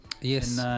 Yes